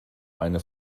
eine